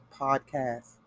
podcast